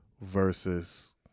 versus